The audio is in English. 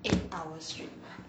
eight hours straight